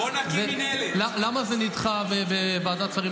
יש רשות שמתכללת ומטפלת בנושא הזה.